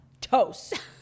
toast